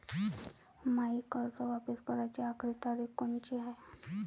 मायी कर्ज वापिस कराची आखरी तारीख कोनची हाय?